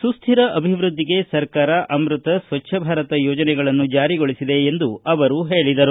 ಸುಸ್ಕಿರ ಅಭಿವೃದ್ಧಿಗೆ ಸರ್ಕಾರ ಅಮೃತ ಸ್ವಚ್ಛ ಭಾರತ ಯೋಜನೆಗಳನ್ನು ಜಾರಿಗೊಳಿಸಿದೆ ಎಂದು ಅವರು ಹೇಳಿದರು